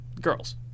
girls